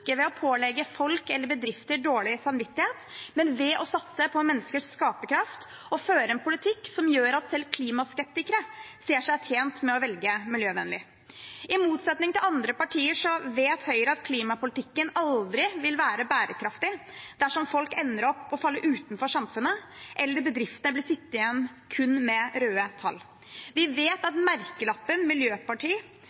ikke ved å pålegge folk eller bedrifter dårlig samvittighet, men ved å satse på menneskers skaperkraft og ved å føre en politikk som gjør at selv klimaskeptikere ser seg tjent med å velge miljøvennlig. I motsetning til andre partier vet Høyre at klimapolitikken aldri vil være bærekraftig dersom folk ender opp med å falle utenfor samfunnet, eller om bedriftene kun blir sittende igjen med røde tall. Vi vet